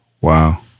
Wow